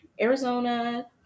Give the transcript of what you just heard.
Arizona